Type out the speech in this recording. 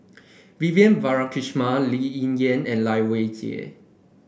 Vivian Balakrishnan Lee Ling Yen and Lai Weijie